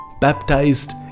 baptized